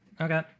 Okay